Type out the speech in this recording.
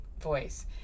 voice